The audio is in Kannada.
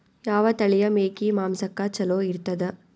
ಯಾವ ತಳಿಯ ಮೇಕಿ ಮಾಂಸಕ್ಕ ಚಲೋ ಇರ್ತದ?